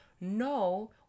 No